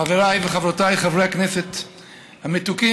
חבריי וחברותיי חברי הכנסת המתוקים